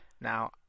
Now